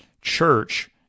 church